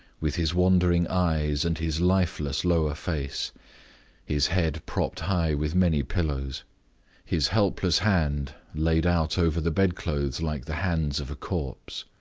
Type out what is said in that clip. with his wandering eyes, and his lifeless lower face his head propped high with many pillows his helpless hands laid out over the bed-clothes like the hands of a corpse.